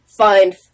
find